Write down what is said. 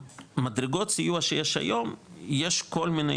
במדרגות סיוע שיש היום יש כל מיני